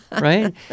right